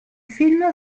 film